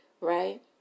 Right